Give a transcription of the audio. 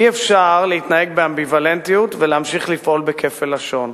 אי-אפשר להתנהג באמביוולנטיות ולהמשיך לפעול בכפל לשון,